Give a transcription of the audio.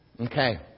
Okay